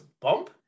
bump